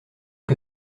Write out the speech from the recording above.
que